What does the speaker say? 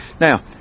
Now